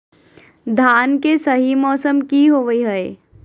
धान के सही मौसम की होवय हैय?